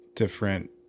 different